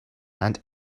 and